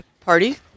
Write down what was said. party